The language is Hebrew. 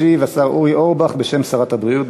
ישיב השר אורי אורבך בשם שרת הבריאות.